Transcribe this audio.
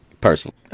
personally